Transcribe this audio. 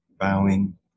bowing